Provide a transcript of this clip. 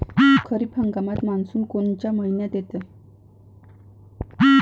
खरीप हंगामात मान्सून कोनच्या मइन्यात येते?